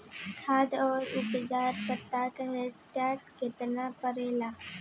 खाद व उर्वरक प्रति हेक्टेयर केतना परेला?